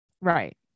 Right